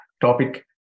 topic